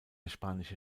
spanische